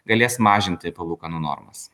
galės mažinti palūkanų normas